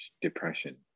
depression